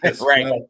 Right